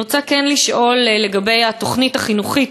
אני רוצה לשאול לגבי התוכנית החינוכית,